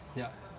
yup